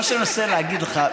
מה שאני מנסה להגיד לך,